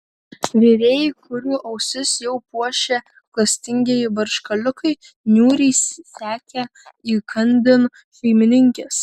virėjai kurių ausis jau puošė klastingieji barškaliukai niūriai sekė įkandin šeimininkės